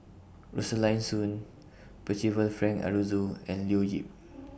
Rosaline Soon Percival Frank Aroozoo and Leo Yip